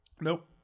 Nope